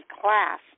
class